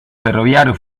ferroviario